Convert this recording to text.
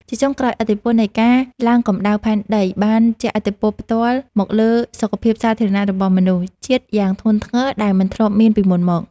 ជាចុងក្រោយ ឥទ្ធិពលនៃការឡើងកម្ដៅផែនដីបានជះឥទ្ធិពលផ្ទាល់មកលើសុខភាពសាធារណៈរបស់មនុស្សជាតិយ៉ាងធ្ងន់ធ្ងរដែលមិនធ្លាប់មានពីមុនមក។